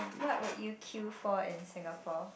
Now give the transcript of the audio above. what would you queue for in Singapore